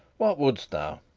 what wouldst thou?